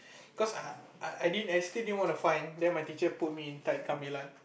cause I I I didn't actually didn't want to find then my teacher put me in